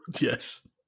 yes